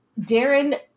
Darren